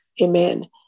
Amen